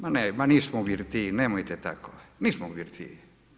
Ma ne, nismo u birtiji, nemojte tako, nismo u birtiji.